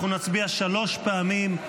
אנחנו נצביע שלוש פעמים.